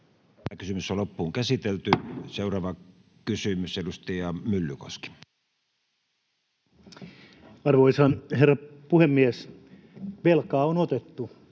suomalaisille nuorille. Seuraava kysymys, edustaja Myllykoski. Arvoisa herra puhemies! Velkaa on otettu,